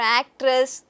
actress